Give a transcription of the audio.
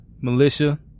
militia